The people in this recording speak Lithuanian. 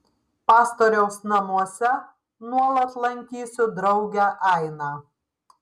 pastoriaus namuose nuolat lankysiu draugę ainą